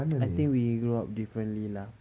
I think we grew up differently lah